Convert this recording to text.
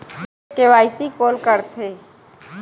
KYC कोन करथे?